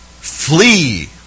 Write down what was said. Flee